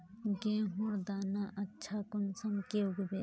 गेहूँर दाना अच्छा कुंसम के उगबे?